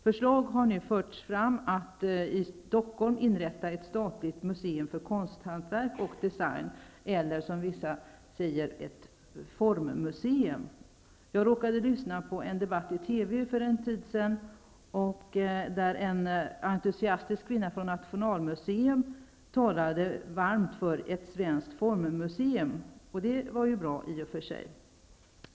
Förslag har nu förts fram om inrättandet av ett statligt museum för konsthantverk och design -- eller, som vissa säger, ett formmuseum. För en tid sedan råkade jag lyssna på en debatt i TV. En entusiastisk kvinna från Nationalmuseum talade i den debatten varmt för ett svenskt formmuseum. Det var i och för sig bra.